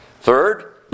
Third